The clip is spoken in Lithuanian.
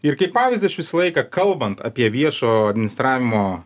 ir kaip pavyzdį aš visą laiką kalbant apie viešo administravimo